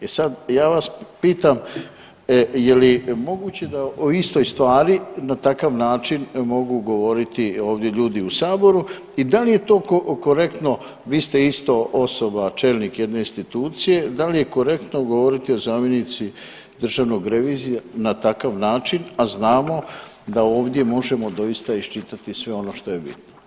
E sad, ja vas pitam je li moguće da o istoj stvari na takav način mogu govoriti ovdje ljudi u Saboru i da li je to korektno, vi ste isto osoba, čelnik jedne institucije da li je korektno govoriti o zamjenici Državne revizije na takav način a znamo da ovdje možemo doista iščitati sve ono što je bitno.